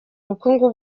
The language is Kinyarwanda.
ubukungu